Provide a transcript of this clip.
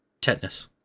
Tetanus